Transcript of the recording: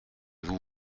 vous